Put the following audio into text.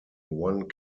one